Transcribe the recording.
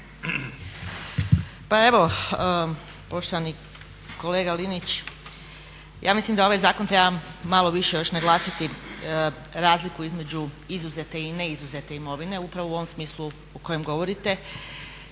Pa evo, poštovani kolega Linić. Ja mislim da ovaj zakon treba malo više još naglasiti razliku između izuzete i neizuzete imovine upravo u ovom smislu o kojem govorite.